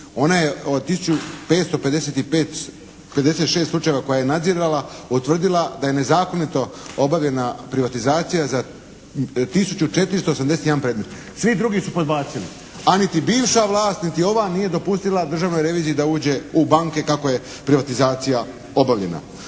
Ona je od tisuću 556 slučajeva koje je nadzirala utvrdila da je nezakonito obavljena privatizacija za tisuću 481 predmet. Svi drugi su podbacili, a niti bivša niti ova nije dopustila državnog reviziji da uđe u banke kako je privatizacija obavljena.